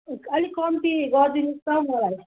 अलिक कम्ती गरिदिनुहोस् त मलाई